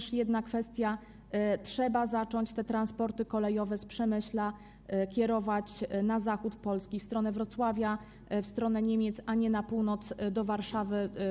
I jedna kwestia, trzeba zacząć te transporty kolejowe z Przemyśla kierować na zachód Polski, w stronę Wrocławia, w stronę Niemiec, a nie na północ, do Warszawy.